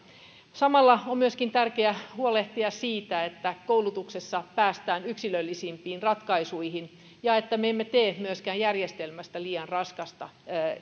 samalla on myöskin tärkeää huolehtia siitä että koulutuksessa päästään yksilöllisempiin ratkaisuihin ja että me emme tee järjestelmästä liian raskasta